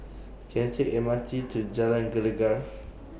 Can I Take M R T to Jalan Gelegar